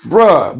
Bruh